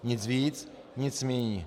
Nic víc, nic míň.